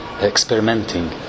experimenting